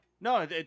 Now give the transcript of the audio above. No